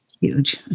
Huge